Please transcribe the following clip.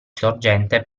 sorgente